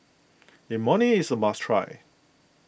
Imoni is a must try